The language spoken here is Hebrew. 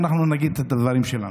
ואנחנו נגיד את הדברים שלנו.